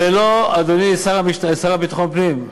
ולא, אדוני השר לביטחון פנים,